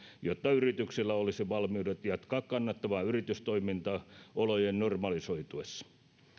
jotta yrityksillä olisi valmiudet jatkaa kannattavaa yritystoimintaa olojen normalisoituessa